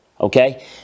okay